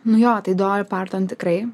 nu jo tai doli parton tikrai